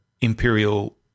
Imperial